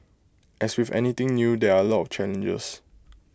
as with anything new there are A lot challenges